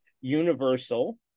universal